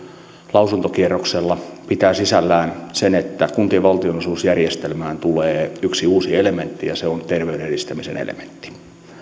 lausuntokierroksella pitää sisällään sen että kuntien valtionosuusjärjestelmään tulee yksi uusi elementti ja se on terveyden edistämisen elementti